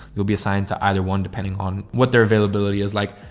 they'll be assigned to either one depending on what their availability is like.